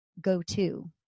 go-to